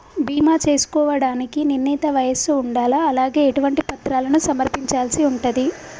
బీమా చేసుకోవడానికి నిర్ణీత వయస్సు ఉండాలా? అలాగే ఎటువంటి పత్రాలను సమర్పించాల్సి ఉంటది?